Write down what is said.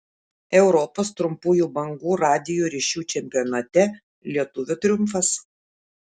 europos trumpųjų bangų radijo ryšių čempionate lietuvių triumfas